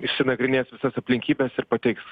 išsinagrinės visas aplinkybes ir pateiks